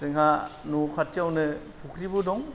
जोंहा न'खाथिआवनो फुख्रिबो दं